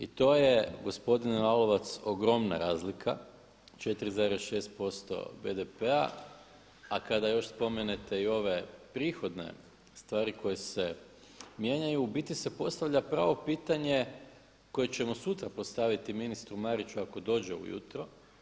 I to je gospodine Lalovac ogromna razlika 4,6% BDP-a a kada još spomenete i ove prihodne stvari koje se mijenjaju u biti se postavlja pravo pitanje koje ćemo sutra postaviti ministru Mariću ako dođe ujutro.